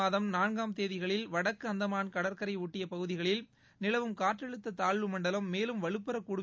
மாதம் நான்காம் தேதிகளில்வடக்குஅந்தமான் கடற்கரையைஒட்டியுள்ளபகுதியில் நிலவும் நவம்பர் காற்றழுத்ததாழ்வு மண்டலம் மேலும் வலுப்பெறக் கூடும்